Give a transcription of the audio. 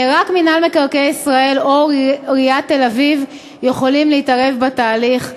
רק מינהל מקרקעי ישראל או עיריית תל-אביב יכולים להתערב בתהליך.